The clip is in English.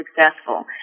successful